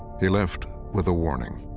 he left with a warning.